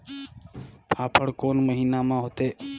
फाफण कोन महीना म होथे?